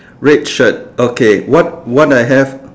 red shirt okay what what I have